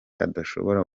adashobora